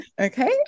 okay